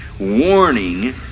warning